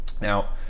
Now